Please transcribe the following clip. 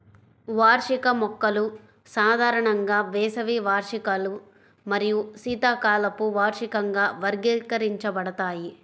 వార్షిక మొక్కలు సాధారణంగా వేసవి వార్షికాలు మరియు శీతాకాలపు వార్షికంగా వర్గీకరించబడతాయి